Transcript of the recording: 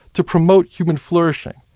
to promote human flourishing.